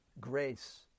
grace